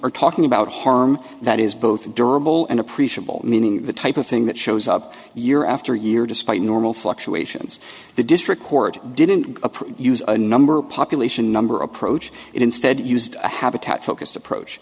are talking about harm that is both durable and appreciable meaning the type of thing that shows up year after year despite normal fluctuations the district court didn't approve use a number population number approach it instead used a habitat focused approach